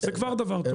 זה כבר דבר טוב.